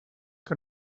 que